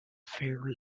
fair